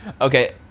Okay